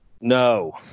No